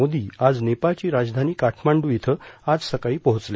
मोदी आज नेपाळची राजधानी काठमांडू इथं आज सकाळी पोहोचले